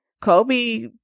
Kobe